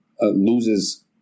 loses